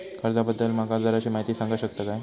कर्जा बद्दल माका जराशी माहिती सांगा शकता काय?